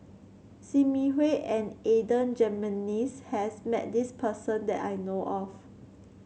Sim Yi Hui and Adan Jimenez has met this person that I know of